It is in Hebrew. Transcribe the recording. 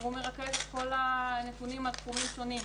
והוא מרכז את כל הנתונים על תחומים שונים.